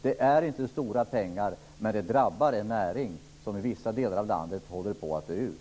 Det är inte stora pengar det rör sig om, men det drabbar en näring som i vissa delar av landet håller på att dö ut.